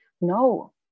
No